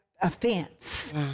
offense